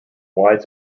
wide